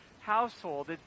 household